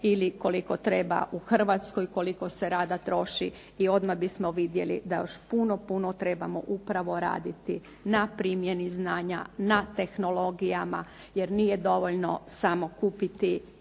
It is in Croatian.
ili koliko treba u Hrvatskoj, koliko se rada troši i odmah bismo vidjeli da još puno trebamo raditi na primjeni znanja, na tehnologijama jer nije dovoljno samo kupiti